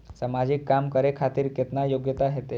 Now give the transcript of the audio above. समाजिक काम करें खातिर केतना योग्यता होते?